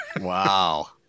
Wow